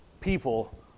people